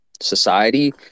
society